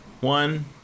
One